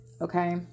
Okay